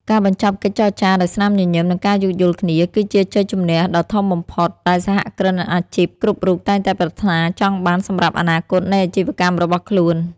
ការបញ្ចប់កិច្ចចរចាដោយស្នាមញញឹម និងការយោគយល់គ្នា គឺជាជ័យជម្នះដ៏ធំបំផុតដែលសហគ្រិនអាជីពគ្រប់រូបតែងតែប្រាថ្នាចង់បានសម្រាប់អនាគតនៃអាជីវកម្មរបស់ខ្លួន។